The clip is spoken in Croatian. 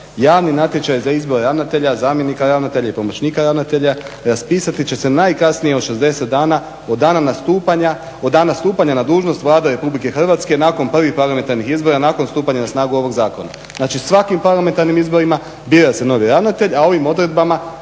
"Javni natječaj za izbor ravnatelja, zamjenika ravnatelja i pomoćnika ravnatelja raspisati će se najkasnije od 60 dana od dana nastupanja na dužnost Vlade RH nakon prvih parlamentarnih izbora, nakon stupanja na snagu ovog zakona." Znači svakim parlamentarnim izborima bira se novi ravnatelj a ovim odredbama